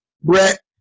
Brett